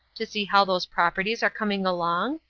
to see how those properties are coming along?